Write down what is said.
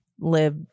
live